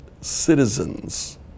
citizens